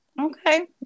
Okay